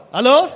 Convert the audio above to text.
Hello